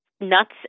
nuts